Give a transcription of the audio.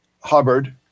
Hubbard